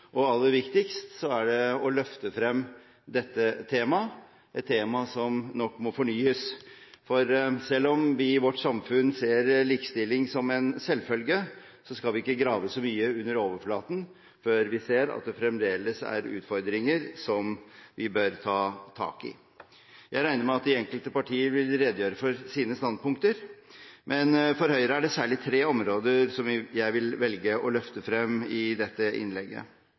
spørsmål. Aller viktigst er det å løfte frem dette temaet, et tema som nok må fornyes. Selv om vi i vårt samfunn ser likestilling som en selvfølge, skal vi ikke grave så mye under overflaten før vi ser at det fremdeles er utfordringer vi bør ta tak i. Jeg regner med at de enkelte partier vil redegjøre for sine standpunkter, men for Høyre er det særlig tre områder jeg velger å løfte frem i dette innlegget.